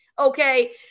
okay